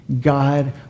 God